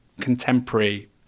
contemporary